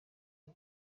iza